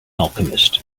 alchemist